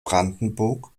brandenburg